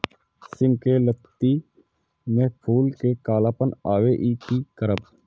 सिम के लत्ती में फुल में कालापन आवे इ कि करब?